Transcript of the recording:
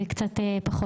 ואז קצת פחות.